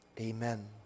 amen